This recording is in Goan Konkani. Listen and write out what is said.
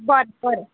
बरें बरें